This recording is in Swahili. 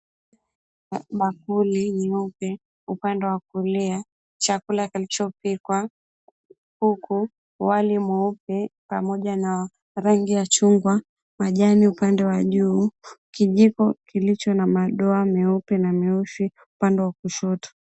Bakuli nyeupe, upande wa kulia chakula kilichopikwa, huku wali mweupe pamoja na rangi ya chungwa. Majani upande wa juu, kijiko kilicho na madoa meupe na meusi upande wa kushoto.